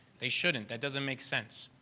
they shouldn't. that doesn't make sense.